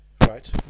Right